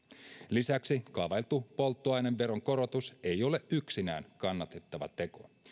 lisäksi kaavailtu polttoaineveron korotus ei ole yksinään kannatettava teko